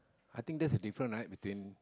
I think that's the different right between